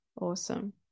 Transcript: awesome